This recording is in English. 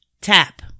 Tap